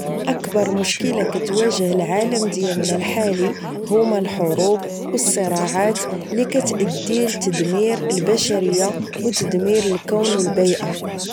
اكبر مشكلة كتواجه العالم ديالنا الحالي هما الحروب و الصراعات اللي كتأدي لتدمير البشرية و تدمير الكون و البيئة